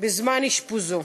בזמן אשפוזו.